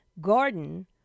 garden